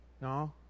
No